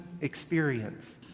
experience